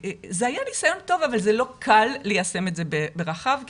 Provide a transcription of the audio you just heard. זה היה ניסיון טוב אבל זה לא קל ליישם את זה ברחב כי